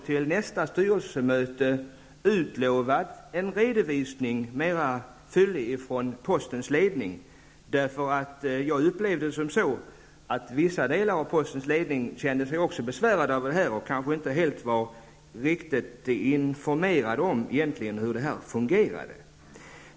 Till nästa styrelsemöte är utlovat en mera fyllig redovisning från postens ledning. Jag upplevde det som att vissa personer i postens ledning också kände sig besvärade av detta, och att de kanske inte var riktigt informerade om hur detta fungerade.